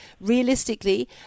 Realistically